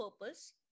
purpose